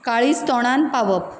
काळीज तोंडान पावप